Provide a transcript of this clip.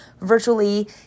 virtually